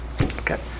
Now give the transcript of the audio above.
Okay